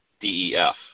D-E-F